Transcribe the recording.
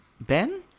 Ben